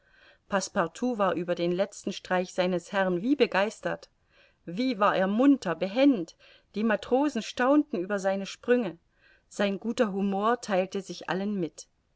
war über den letzten streich seines herrn wie begeistert wie war er munter behend die matrosen staunten über seine sprünge sein guter humor theilte sich allen mit